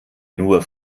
nur